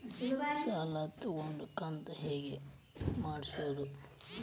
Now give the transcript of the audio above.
ಸಾಲ ತಗೊಂಡು ಕಂತ ಹೆಂಗ್ ಮಾಡ್ಸೋದು?